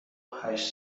هشت